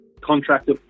Contractor